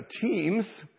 teams